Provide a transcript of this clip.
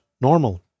normal